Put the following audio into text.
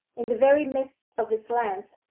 in the very midst of its length,